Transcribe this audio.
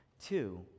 Two